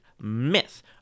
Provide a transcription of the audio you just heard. Myth